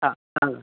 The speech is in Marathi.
हां सांगा